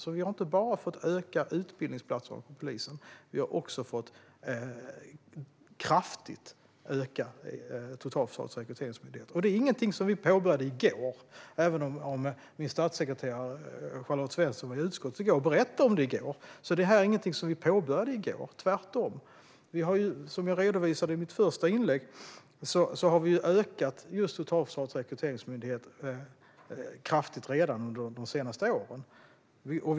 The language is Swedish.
Vi har alltså inte bara fått öka antalet polisutbildningsplatser, utan vi har också fått utöka Totalförsvarets rekryteringsmyndighet kraftigt. Detta är inget vi påbörjade i går, även om min statssekreterare Charlotte Svensson var i utskottet och berättade om det då. Tvärtom - som jag redovisade i mitt första anförande har vi redan, under de senaste åren, kraftigt utökat Totalförsvarets rekryteringsmyndighet.